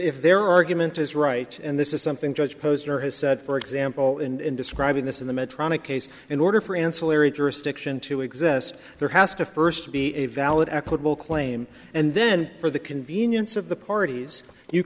if their argument is right and this is something judge posner has said for example in describing this in the metron a case in order for ancillary jurisdiction to exist there has to first be a valid equitable claim and then for the convenience of the parties you